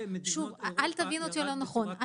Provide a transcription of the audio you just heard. במדינות אירופה --- אל תבין אותי לא נכון,